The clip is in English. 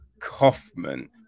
Kaufman